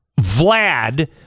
vlad